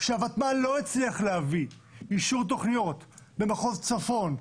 שהוותמ"ל לא הצליחה להביא אישור תוכניות במחוז צפון,